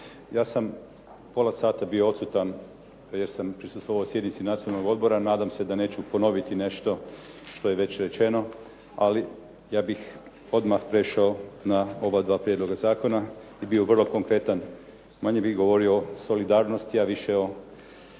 Ja sam pola sata bio odsutan jer sam prisustvovao sjednici Nacionalnog odbora, nadam se da neću ponoviti nešto što je već rečeno, ali ja bih odmah prešao na obadva prijedloga zakona i bio vrlo konkretan. Manje bih govorio o solidarnosti a više o čvrstim